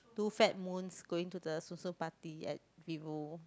two fat moons going to the Tsum Tsum party at Vivo